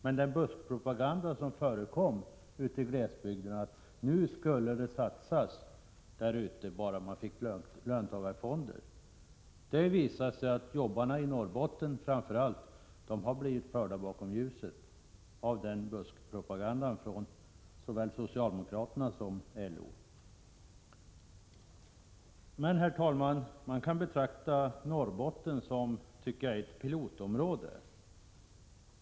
Men den buskpropaganda som såväl socialdemokraterna som LO förde ute i glesbygden om att satsningar skulle komma att göras där bara löntagarfonderna infördes, förde arbetarna i Norrbotten bakom ljuset. Herr talman! Jag tycker att man kan betrakta Norrbotten som ett pilotområde.